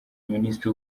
minisitiri